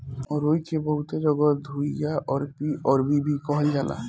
अरुई के बहुते जगह घुइयां, अरबी, अरवी भी कहल जाला